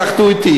בואו תתאחדו אתי,